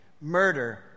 Murder